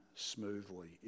smoothly